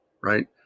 right